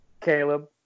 Caleb